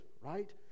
right